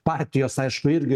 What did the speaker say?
partijos aišku irgi